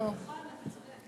אתה צודק.